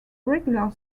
regular